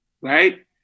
Right